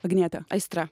agniete aistra